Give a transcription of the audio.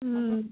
ம்